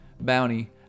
bounty